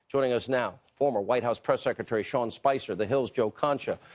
joining us now, former white house press secretary sean spicer, the hill s joe concha,